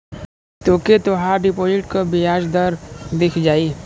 तोके तोहार डिपोसिट क बियाज दर दिख जाई